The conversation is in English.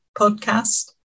podcast